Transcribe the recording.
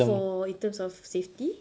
for in terms of safety